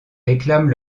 réclament